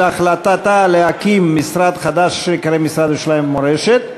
על החלטתה להקים משרד חדש אשר ייקרא משרד ירושלים ומורשת,